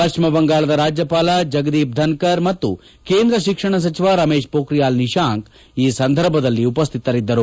ಪಟ್ಟಿಮ ಬಂಗಾಳದ ರಾಜ್ಯವಾಲ ಜಗದೀಪ್ ಧನ್ಯರ್ ಮತ್ತು ಕೇಂದ್ರ ಶಿಕ್ಷಣ ಸಚವ ರಮೇಶ್ ಮೋಖಿಯಾಲ್ ನಿಶಾಂಕ್ ಈ ಸಂದರ್ಭದಲ್ಲಿ ಉಪಕ್ಕಿತರಿದ್ದರು